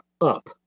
up